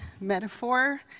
metaphor